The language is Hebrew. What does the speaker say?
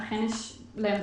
אכן יש סימני